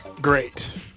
great